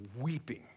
weeping